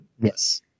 yes